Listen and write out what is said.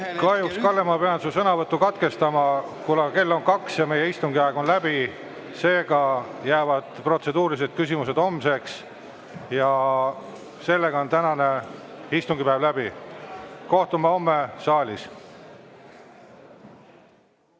Kahjuks, Kalle, ma pean su sõnavõtu katkestama, kuna kell on kaks ja meie istungi aeg on läbi. Seega jäävad protseduurilised küsimused homseks ja tänane istungipäev on läbi. Kohtume homme saalis.